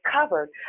covered